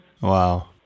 Wow